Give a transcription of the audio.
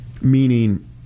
meaning